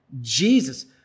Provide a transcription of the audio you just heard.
Jesus